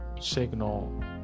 signal